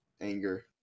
anger